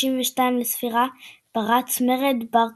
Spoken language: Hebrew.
132 לספירה פרץ מרד בר כוכבא.